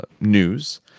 news